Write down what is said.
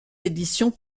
éditions